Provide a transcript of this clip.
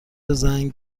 زنگ